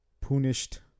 Punished